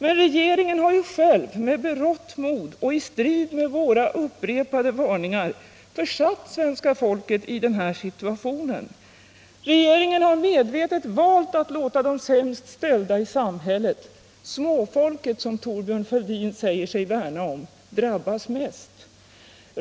Men regeringen har ju själv med berått mod och i strid med våra upprepade varningar försatt svenska folket i den här situationen. Regeringen har medvetet valt att låta de sämst ställda i samhället — småfolket, som Thorbjörn Fälldin säger sig värna om — drabbas värst.